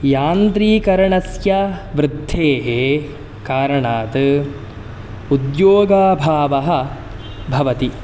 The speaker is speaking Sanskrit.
यन्त्रीकरणस्य वृद्धेः कारणात् उद्योगाभावः भवति